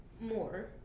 more